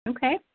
Okay